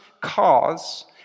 cause